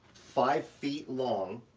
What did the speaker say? five feet long,